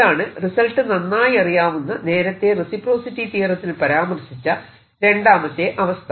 ഇതാണ് റിസൾട്ട് നന്നായി അറിയാവുന്ന നേരത്തെ റെസിപ്രോസിറ്റി തിയറത്തിൽ പരാമർശിച്ച രണ്ടാമത്തെ അവസ്ഥ